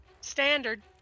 standard